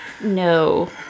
No